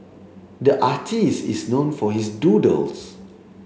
the artist is known for his doodles